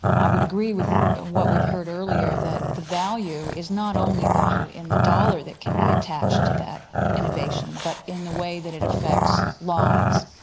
i would agree with what we've heard earlier that the value is not only though in the dollar that can be attached to that innovation but in the way that it affects lives.